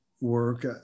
work